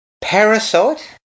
Parasite